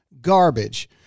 garbage